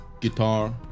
guitar